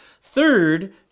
Third